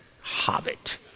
hobbit